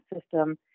system